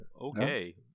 Okay